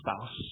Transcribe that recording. spouse